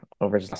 over